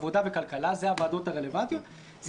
עבודה וכלכלה אלה הוועדות הרלוונטיות זה